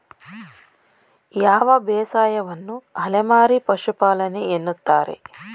ಯಾವ ಬೇಸಾಯವನ್ನು ಅಲೆಮಾರಿ ಪಶುಪಾಲನೆ ಎನ್ನುತ್ತಾರೆ?